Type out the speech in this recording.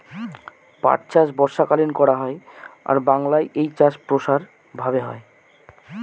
পাট চাষ বর্ষাকালীন করা হয় আর বাংলায় এই চাষ প্রসার ভাবে হয়